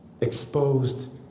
exposed